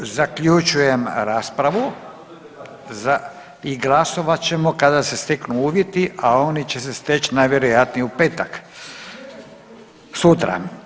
Zaključujem raspravu i glasovat ćemo kada se steknu uvjeti, a oni će se steći najvjerojatnije u petak, sutra.